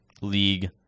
league